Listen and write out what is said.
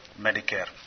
Medicare